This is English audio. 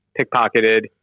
pickpocketed